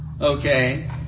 okay